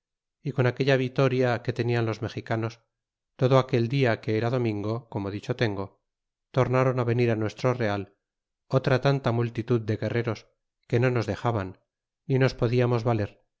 y con aquella vitoria que tenian los mexicanos todo aquel dia que era domingo como dicho tengo tornaron venir nuestro real otra tanta multitud de guerreros que no nos dexahan ni nos podiamos valer